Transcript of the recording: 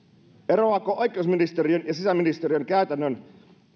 eroavatko oikeusministeriön ja sisäministeriön käytännöt